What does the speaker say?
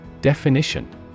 Definition